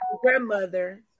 grandmother